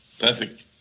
perfect